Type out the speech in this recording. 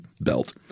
belt